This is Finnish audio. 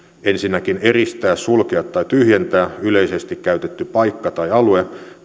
eristää sulkea tai tyhjentää yleisesti käytetty paikka tai alue